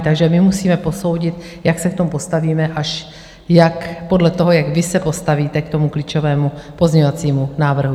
Takže my musíme posoudit, jak se k tomu postavíme, až podle toho, jak vy se postavíte k tomu klíčovému pozměňovacímu návrhu.